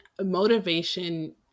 motivation